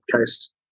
case